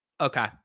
okay